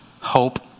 hope